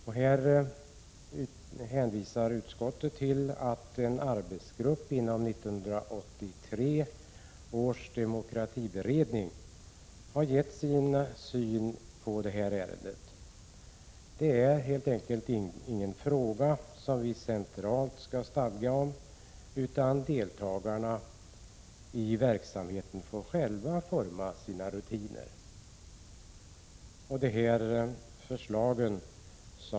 Utskottet hänvisar till att en arbetsgrupp inom 1983 års demokratiberedning har gett sin syn på ärendet, nämligen att detta helt enkelt inte är någon fråga som vi centralt skall stadga om, utan att deltagarna i verksamheten själva får forma sina rutiner.